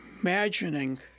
imagining